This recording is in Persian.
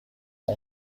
اون